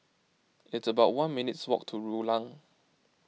it's about one minutes' walk to Rulang